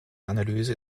analyse